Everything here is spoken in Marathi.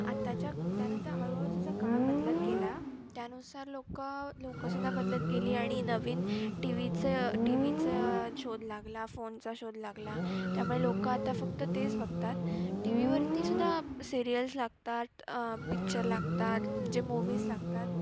आताच्या त्यानंतर हळूहळू जसा काळ बदलत गेला त्यानुसार लोकं लोकंसुद्धा बदलत गेली आणि नवीन टी व्हीचं टी व्हीचा शोध लागला फोनचा शोध लागला त्यामुळे लोकं आता फक्त तेच बघतात टी व्हीवरतीसुद्धा सिरिअल्स लागतात पिक्चर लागतात म्हणजे मूव्हीज लागतात